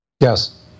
Yes